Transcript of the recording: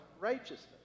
righteousness